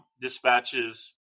dispatches